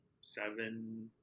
Seven